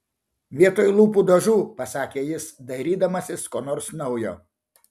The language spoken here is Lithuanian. vietoj lūpų dažų pasakė jis dairydamasis ko nors naujo